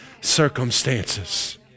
circumstances